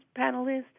panelists